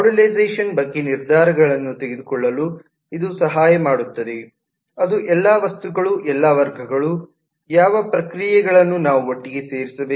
modularisation ಬಗ್ಗೆ ನಿರ್ಧಾರಗಳನ್ನು ತೆಗೆದುಕೊಳ್ಳುವಲ್ಲಿ ಇದು ಸಹಾಯ ಮಾಡುತ್ತದೆ ಅದು ಎಲ್ಲಾ ವಸ್ತುಗಳು ಎಲ್ಲಾ ವರ್ಗಗಳು ಯಾವ ಪ್ರಕ್ರಿಯೆಗಳನ್ನು ನಾವು ಒಟ್ಟಿಗೆ ಸೇರಿಸಬೇಕು